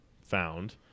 found